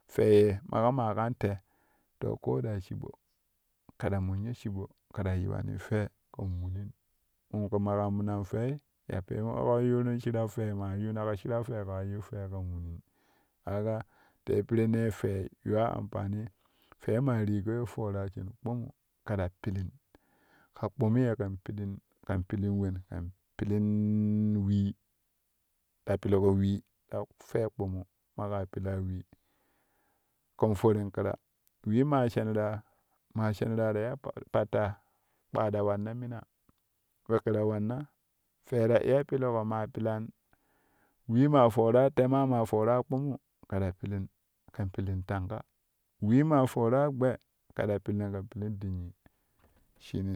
Fwe ye mako ma kan te to koo daa shiɓo kɛ ta munyo shiɓo kɛ ta yiwani fwe kɛn munin kɛ ma minan fwei ya pemo wa yuurin shirau fwe maa yuunaƙo shirau fwe kaa yiu fwei kɛn minin kaga tee pireennee fwe yuwa ampani firei ma rigo ye foraa shin kpumu kɛ ta pilin ka kpumu ye kɛn pilin kɛn pilin wen ken pilin wee ta pilƙo wee ta fwe kpumu maƙa pilaa wee kɛn forin ƙira wee maa sheniraa maa sheniraa ta iyo patta kpaada wanna mina we ƙira wanna fwe ta iya pilƙo maa pilan wee maa foora te maa ma foora kpumu kɛ ta pilin kɛn pilin tango wee maa foora gbe kɛ ta pilin kɛn pilin dinnyi.